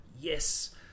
yes